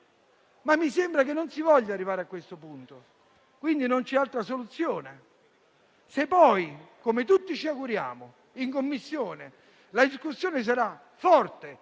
mi sembra che non si voglia arrivare a questo punto, quindi, non c'è altra soluzione. Se poi, come tutti ci auguriamo, in Commissione la discussione sarà